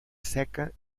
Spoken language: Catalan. seca